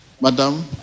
Madam